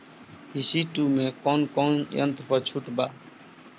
ई.सी two मै कौने कौने यंत्र पर छुट बा?